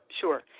sure